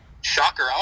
shocker